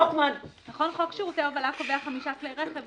חוק שירותי הובלה קובע חמישה כלי רכב,